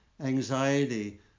anxiety